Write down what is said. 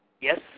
Yes